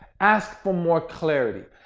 ask for more clarity.